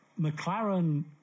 McLaren